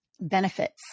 benefits